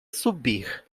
subir